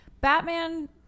batman